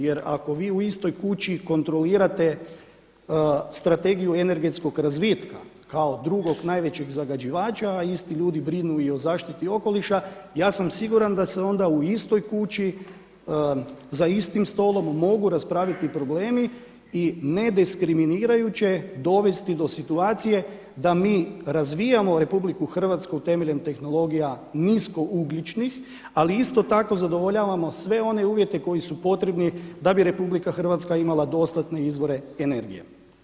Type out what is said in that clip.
Jer ako vi u istoj kući kontrolirate strategiju energetskog razvitka kao drugog najvećeg zagađivača a isti ljudi brinu i o zaštiti okoliša ja sam siguran da se onda u istoj kući za istim stolom mogu raspraviti problemi i nediskriminirajuće dovesti do situacije da mi razvijamo RH temeljem tehnologija nisko ugljičnih ali isto tako zadovoljavamo sve one uvjete koji su potrebni da bi RH imala dostatne izvore energije.